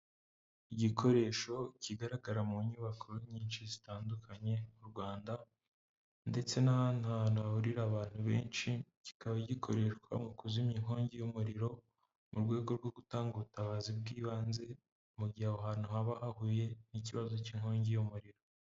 Igikoresho kigaragara mu nyubako nyinshi zitandukanye mu Rwanda ndetse n'ahandi hantu hahurira abantu benshi, kikaba gikoreshwa mu kuzimya inkongi y'umuriro mu rwego rwo gutanga ubutabazi bw'ibanze, mu gihe aho hantu haba hahuye n'ikibazo cy'inkongi y'umuriro.